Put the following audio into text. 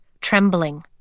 trembling